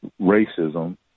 racism